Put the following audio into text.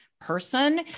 person